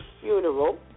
funeral